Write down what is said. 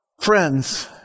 Friends